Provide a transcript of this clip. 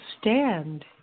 stand